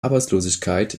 arbeitslosigkeit